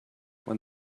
when